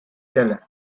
keller